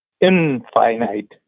infinite